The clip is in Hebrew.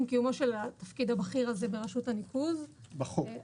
קיומו של התפקיד הבכיר הזה ברשות הניקוז בחקיקה,